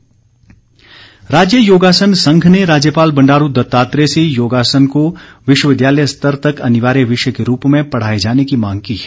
योगासन राज्य योगासन संघ ने राज्यपाल बंडारू दत्तात्रेय से योगासन को विश्वविद्यालय स्तर तक अनिवार्य विषय के रूप में पढ़ाए जाने की मांग की है